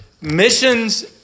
missions